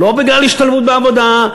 לא בגלל השתלבות בעבודה,